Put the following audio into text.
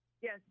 yes